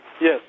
Yes